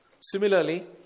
Similarly